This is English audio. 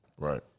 Right